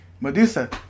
Medusa